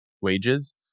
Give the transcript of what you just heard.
wages